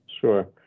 Sure